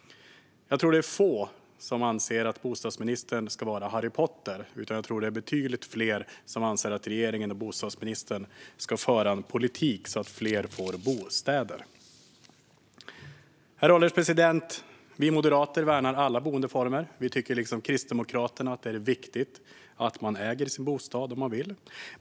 Jag tror att det är få som anser att bostadsministern ska vara Harry Potter. Jag tror att det är betydligt fler som anser att regeringen och bostadsministern ska föra en politik så att fler får bostäder. Herr ålderspresident! Vi moderater värnar alla boendeformer. Vi tycker liksom Kristdemokraterna att det är viktigt att man äger sin bostad om man vill.